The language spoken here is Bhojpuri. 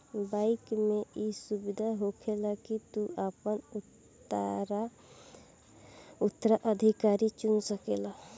बाइक मे ई सुविधा होखेला की तू आपन उत्तराधिकारी चुन सकेल